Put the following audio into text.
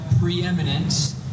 preeminence